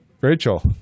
Rachel